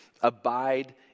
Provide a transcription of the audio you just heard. abide